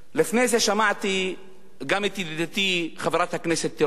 לפני זה שמעתי גם את ידידתי חברת הכנסת תירוש,